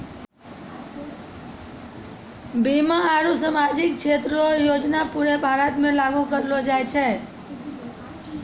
बीमा आरू सामाजिक क्षेत्र रो योजना पूरे भारत मे लागू करलो जाय छै